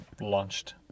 launched